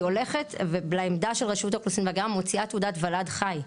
היא הולכת לעמדת האוכלוסין וההגירה ומוציאה תעודת ולד חי.